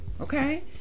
Okay